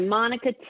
Monica